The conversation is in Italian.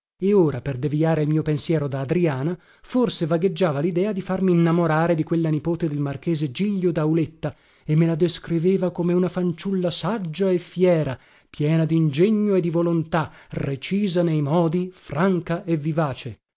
e ora per deviare il mio pensiero da adriana forse vagheggiava lidea di farmi innamorare di quella nipote del marchese giglio dauletta e me la descriveva come una fanciulla saggia e fiera piena dingegno e di volontà recisa nei modi franca e vivace